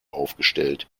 aufgestellt